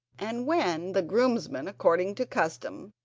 and when the groomsman, according to custom,